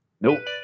Nope